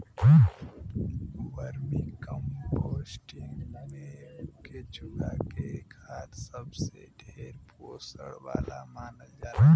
vermicomposting में केचुआ के खाद सबसे ढेर पोषण वाला मानल जाला